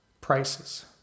prices